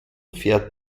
fährt